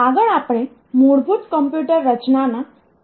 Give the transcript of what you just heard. આગળ આપણે મૂળભૂત કોમ્પ્યુટર રચના ના ભાગ સાથે શરૂઆત કરીશું